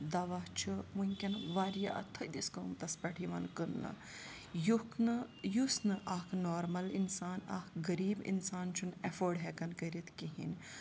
دوا چھُ وٕنۍکٮ۪ن واریاہ تھٔدِس قۭمتَس پٮ۪ٹھ یِوان کٕنٛنہٕ یُکھ نہٕ یُس نہٕ اکھ نارمَل اِنسان اکھ غریٖب اِنسان چھُنہٕ اٮ۪فٲڈ ہٮ۪کان کٔرِتھ کِہیٖنۍ